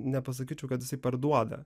nepasakyčiau kad jisai parduoda